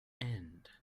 end